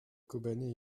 kobané